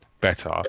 better